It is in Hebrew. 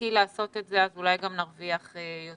נשכיל לעשות את זה, אולי גם נרוויח יותר.